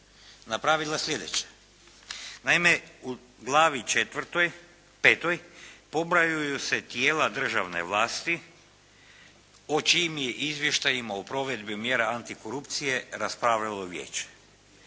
napravila slijedeće. Naime, u glavi četvrtoj, petoj pobrajaju se tijela državne vlasti o čijim je izvještajima o provedbi mjera anti korupcije raspravljalo vijeće.